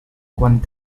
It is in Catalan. quan